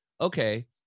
okay